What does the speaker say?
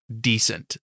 decent